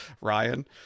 Ryan